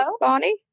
Bonnie